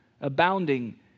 abounding